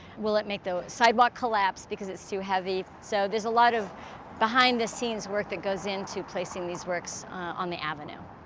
will it make the sidewalk collapse because it's too heavy? so, there's a lot of behind-the-scenes work that goes into placing these works on the avenue.